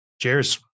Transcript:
Cheers